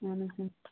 اَہَن حظ اۭں